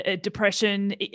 depression